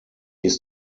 ist